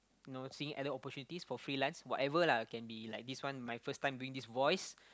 you know seeing other opportunities for freelance whatever lah can be like this one my first time doing this voice